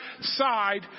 side